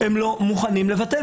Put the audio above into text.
הם לא מוכנים לבטל.